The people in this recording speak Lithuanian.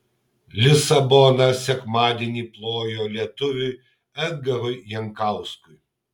lisabona sekmadienį plojo lietuviui edgarui jankauskui